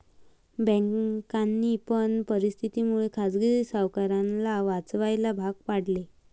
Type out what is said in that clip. बँकांनी पण परिस्थिती मुळे खाजगी सावकाराला वाचवायला भाग पाडले